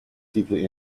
deeply